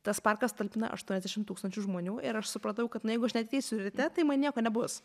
tas parkas talpina aštuoniasdešimt tūkstančių žmonių ir aš supratau kad nu jeigu aš neateisiu ryte tai man nieko nebus